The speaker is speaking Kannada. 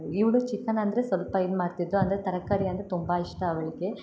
ಇವಳು ಚಿಕನ್ ಅಂದರೆ ಸ್ವಲ್ಪ ಇದು ಮಾಡ್ತಿದ್ದರು ಅಂದರೆ ತರಕಾರಿ ಅಂದರೆ ತುಂಬ ಇಷ್ಟ ಅವಳಿಗೆ